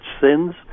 sins